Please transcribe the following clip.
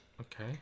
okay